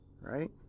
right